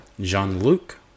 Jean-Luc